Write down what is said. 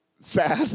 sad